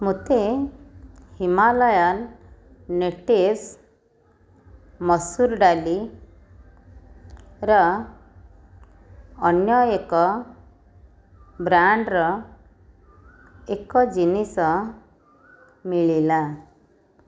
ମୋତେ Himalayan natives ମସୁର ଡାଲିର ଅନ୍ୟ ଏକ ବ୍ରାଣ୍ଡ୍ର ଏକ ଜିନିଷ ମିଳିଲା